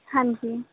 ਹਾਂਜੀ